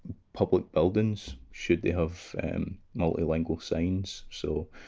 public buildings, should they have multilingual signs? so!